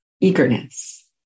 eagerness